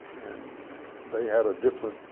and they had a different